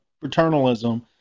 paternalism